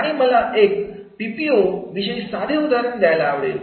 आता मला एक पीपीओ विषयी साधे उदाहरण द्यायला आवडेल